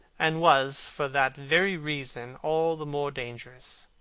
and was for that very reason all the more dangerous.